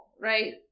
right